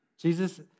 Jesus